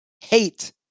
hate